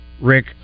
Rick